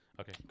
Okay